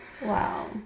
wow